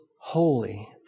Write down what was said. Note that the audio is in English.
holy